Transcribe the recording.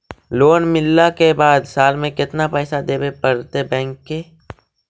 Loan मिलला के बाद साल में केतना पैसा देबे पड़तै बैक के?